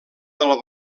del